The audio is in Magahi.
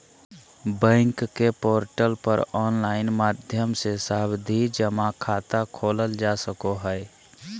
बैंक के पोर्टल पर ऑनलाइन माध्यम से सावधि जमा खाता खोलल जा सको हय